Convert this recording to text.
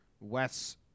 Wes